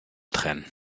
trennen